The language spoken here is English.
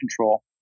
control